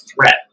threat